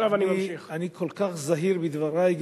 אני כל כך זהיר בדברי,